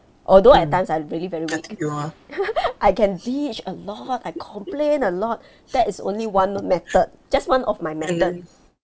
although at times I really very weak I can bitch a lot I complain a lot that is only one method just one of my method